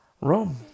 Rome